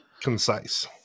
concise